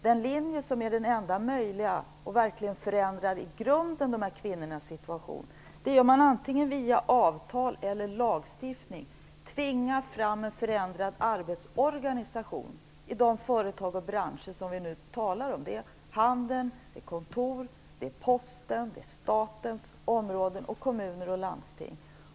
Den linje som är den enda möjliga för att verkligen i grunden förändra dessa kvinnors situation är att via antingen avtal eller lagstiftning tvinga fram en förändrad arbetsorganisation i de företag och branscher som vi nu talar om. Det är handel, det är kontor, det är Posten, det är statens område och det är kommuner och landsting.